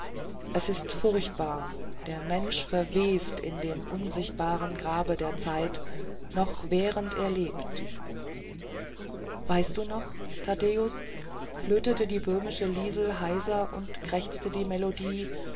es ist furchtbar der mensch verwest in dem unsichtbaren grabe der zeit noch während er lebt weißt du noch thaddäus flötete die böhmische liesel heiser und krächzte eine melodie